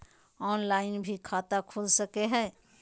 Online भी खाता खूल सके हय?